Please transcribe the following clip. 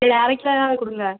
இதில் அரை கிலோவாவது கொடுங்க